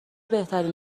بهترین